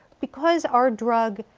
because our drug